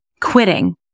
quitting